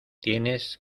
tienes